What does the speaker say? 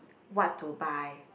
what to buy